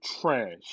trash